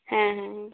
হ্যাঁ হ্যাঁ